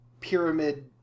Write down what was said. pyramid